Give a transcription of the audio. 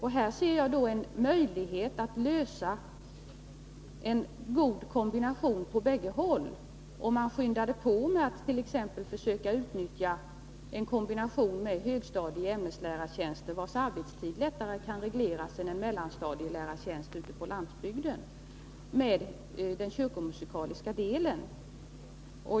Här ser jag en möjlighet till en god kombination på bägge håll, om man skyndar på med att försöka utnyttja en kombination med ämneslärartjänster på högstadiet, där arbetstiden lättare än för mellanstadielärartjänster ute på landsbygden kan regleras med den kyrkomusikaliska delen.